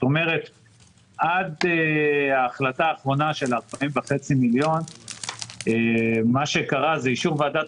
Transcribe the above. כלומר עד ההחלטה האחרונה על 40.5 מיליון שקל אישור ועדת